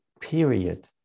period